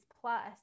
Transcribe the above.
plus